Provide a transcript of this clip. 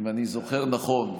אם אני זוכר נכון.